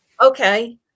Okay